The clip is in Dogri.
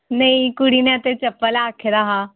नेईं कुड़ी नै ते चप्पल आक्खे दा हा